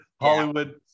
hollywood